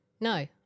no